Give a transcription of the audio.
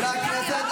--- חברי הכנסת,